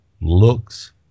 looks